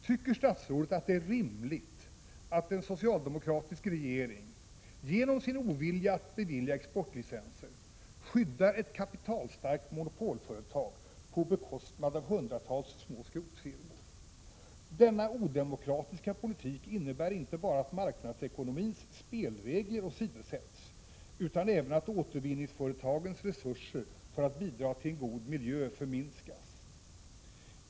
Tycker statsrådet att det är rimligt att én socialdemokratisk regering — genom sin ovilja att bevilja exportlicenser — skyddar ett kapitalstarkt monopolföretag på bekostnad av hundratals små skrotfirmor? Denna odemokratiska politik innebär inte bara att marknadsekonomins spelregler åsidosätts, utan även att återvinningsföretagens resurser för att bidra till en god miljö minskas.